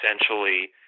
essentially